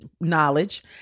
knowledge